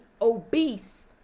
obese